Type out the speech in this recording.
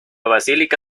basílica